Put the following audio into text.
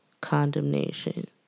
condemnation